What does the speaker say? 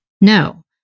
no